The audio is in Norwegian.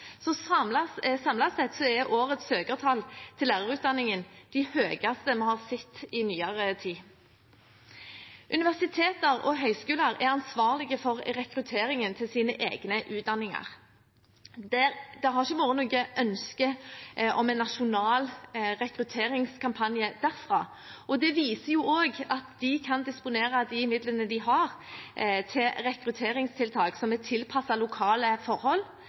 sett er årets søkertall til lærerutdanningen de høyeste vi har sett i nyere tid. Universiteter og høyskoler er ansvarlige for rekrutteringen til sine egne utdanninger. Det har ikke vært noe ønske om en nasjonal rekrutteringskampanje derfra. Det viser også at de kan disponere de midlene de har, til rekrutteringstiltak som er tilpasset lokale forhold,